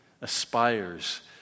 aspires